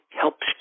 helps